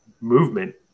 movement